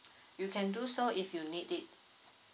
you can do so if you need it